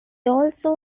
also